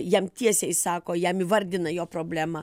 jam tiesiai sako jam įvardina jo problemą